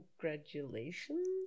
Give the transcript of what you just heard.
Congratulations